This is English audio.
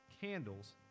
candles